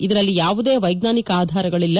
ಇದರಲ್ಲಿ ಯಾವುದೇ ವೈಜ್ಞಾನಿಕ ಆಧಾರಗಳಿಲ್ಲ